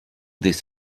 this